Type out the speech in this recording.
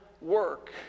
work